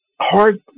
hard